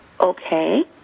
okay